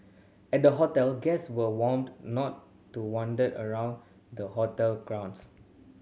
at the hotel guests were warned not to wander around the hotel grounds